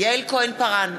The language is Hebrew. יעל כהן-פארן,